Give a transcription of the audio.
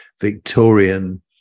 Victorian